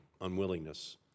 unwillingness